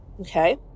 okay